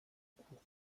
cour